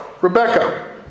Rebecca